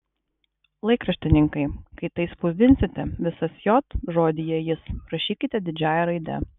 laikraštininkai kai tai spausdinsite visas j žodyje jis rašykit didžiąja raide